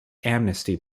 amnesty